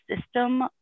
system